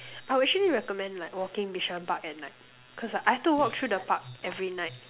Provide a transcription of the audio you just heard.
I would actually recommend like walking Bishan Park at night cause I have to walk through the park every night